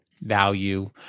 value